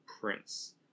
Prince